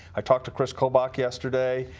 i talked to kris kobach yesterday.